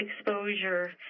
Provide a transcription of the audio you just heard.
exposure